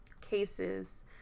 cases